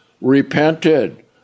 repented